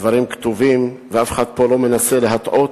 הדברים כתובים, ואף אחד לא מנסה להטעות.